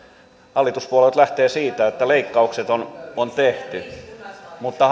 hallituspuolueet lähtevät siitä että leikkaukset on on tehty mutta